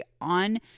on